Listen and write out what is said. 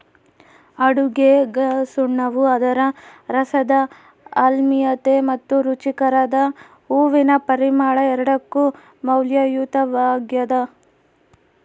ಅಡುಗೆಗಸುಣ್ಣವು ಅದರ ರಸದ ಆಮ್ಲೀಯತೆ ಮತ್ತು ರುಚಿಕಾರಕದ ಹೂವಿನ ಪರಿಮಳ ಎರಡಕ್ಕೂ ಮೌಲ್ಯಯುತವಾಗ್ಯದ